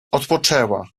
odpoczęła